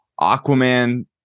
aquaman